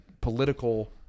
political